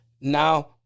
Now